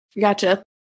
Gotcha